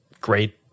great